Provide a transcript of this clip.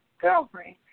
girlfriend